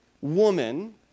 woman